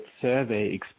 Survey